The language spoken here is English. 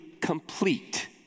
complete